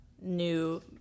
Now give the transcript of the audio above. new